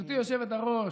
גברתי היושבת-ראש,